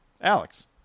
alex